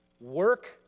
work